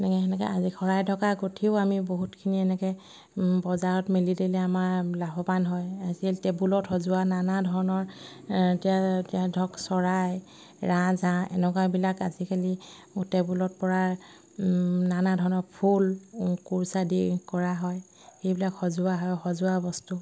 এনেকৈ সেনেকৈ আজি শৰাই ঢকা গুঠিও আমি বহুতখিনি এনেকৈ বজাৰত মেলি দিলে আমাৰ লাভৱান হয় আজিকালি টেবুলত সজোৱা নানা ধৰণৰ আ এতিয়া এতিয়া ধৰক চৰাই ৰাজহাঁহ এনেকুৱাবিলাক আজিকালি টেবুলত পৰা নানা ধৰণৰ ফুল কোৰ্চা দি কৰা হয় সেইবিলাক সজোৱা হয় সজোৱা বস্তু